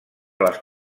les